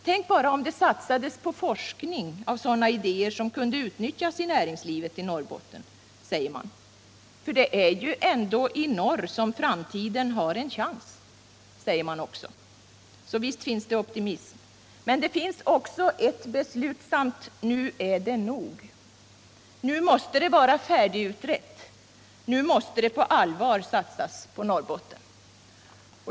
Tänk bara om det satsades på forskning kring sådana idéer som kunde utnyttjas i näringslivet i Norrbotten, säger man. Det är ju ändå i norr som framtiden har en chans, säger man också. Så visst finns det optimism. Men det finns också ett beslutsamt: nu är det nog! Nu måste det vara färdigutrett, nu måste det på allvar satsas på Norrbotten!